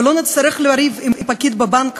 ולא נצטרך לריב עם פקיד בבנק